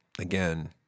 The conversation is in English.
again